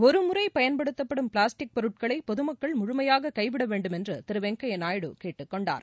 ஒருமுறைப் பயன்படுத்தப்படும் பிளாஸ்டிக் பொருட்களை பொதுமக்கள் முழுமையாக கைவிட வேண்டுமென்று திரு வெங்கையா நாயுடு கேட்டுக் கொண்டார்